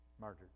Murdered